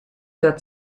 der